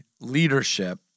leadership